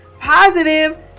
positive